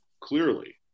clearly